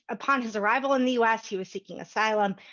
upon his arrival in the us. he was seeking asylum,